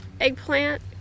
eggplant